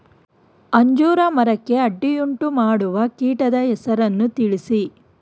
ಅಂಜೂರ ಮರಕ್ಕೆ ಅಡ್ಡಿಯುಂಟುಮಾಡುವ ಕೀಟದ ಹೆಸರನ್ನು ತಿಳಿಸಿ?